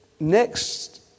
next